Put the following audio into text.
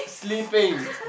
sleeping